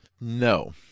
No